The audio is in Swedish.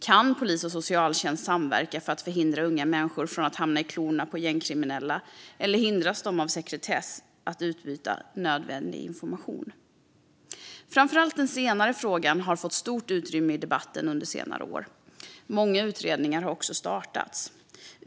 Kan polis och socialtjänst samverka för att hindra unga människor från att hamna i klorna på gängkriminella, eller hindras de av sekretess att utbyta nödvändig information? Framför allt den senare frågan har fått stort utrymme i debatten under senare år. Många utredningar har också startats.